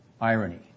irony